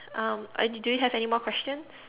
um I do do you have any more questions